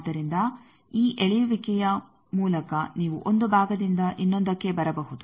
ಆದ್ದರಿಂದ ಈ ಎಳೆಯುವಿಕೆಯ ಮೂಲಕ ನೀವು 1 ಭಾಗದಿಂದ ಇನ್ನೊಂದಕ್ಕೆ ಬರಬಹುದು